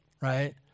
right